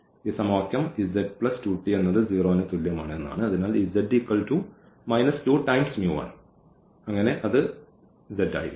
ഈ സമവാക്യം z 2t എന്നത് 0 ന് തുല്യമാണ് എന്നാണ് അതിനാൽ z 2 അങ്ങനെ അത് z ആയിരിക്കും